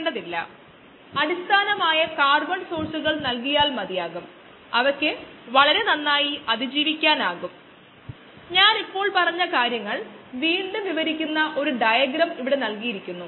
dxdtμx ഇത് first order differential സമവാക്യം ആയി നമ്മൾ പരിഹരിക്കുന്നുവെങ്കിൽ നമുക്ക് കുറഞ്ഞത് 1 ഇനിഷ്യൽ നിബന്ധനയെങ്കിലും ആവശ്യമായി വരും